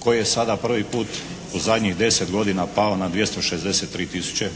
koji je sada prvi put u zadnjih 10 godina pao na 263 tisuće,